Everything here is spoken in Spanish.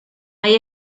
ahí